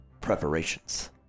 preparations